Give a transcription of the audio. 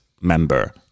member